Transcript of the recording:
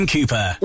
Cooper